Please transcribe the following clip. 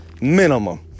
minimum